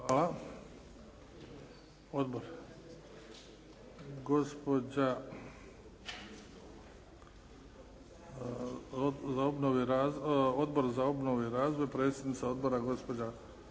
Hvala. Odbor za obnovu i razvoj, predsjednica odbora gospođa